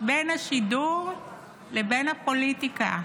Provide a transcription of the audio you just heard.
בין השידור לבין הפוליטיקה,